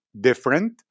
different